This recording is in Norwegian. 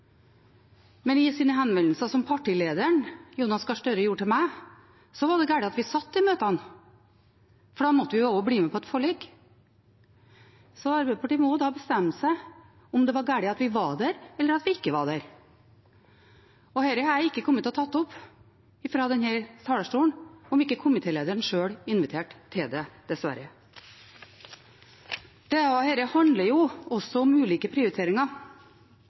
men i henvendelsene som partilederen, Jonas Gahr Støre, gjorde til meg, var det galt at vi satt i møtene, for da måtte vi jo også bli med på et forlik. Arbeiderpartiet må bestemme seg for om det var galt at vi var der, eller at vi ikke var der. Dette hadde jeg ikke kommet til å ta opp fra denne talerstolen om ikke komitélederen sjøl – dessverre – inviterte til det. Dette handler også om ulike prioriteringer.